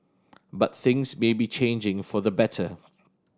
but things may be changing for the better